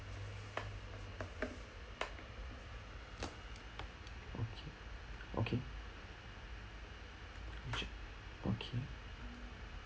okay okay okay